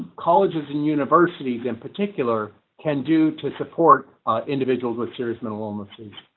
colleges and universities in particular can do to support individuals with serious mental illnesses,